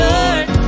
Lord